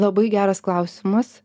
labai geras klausimas